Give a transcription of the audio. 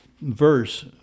verse